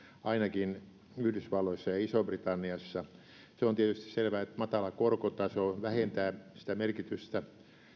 ainakin yhdysvalloissa ja isossa britanniassa se on tietysti selvää että matala korkotaso vähentää sitä merkitystä